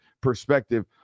perspective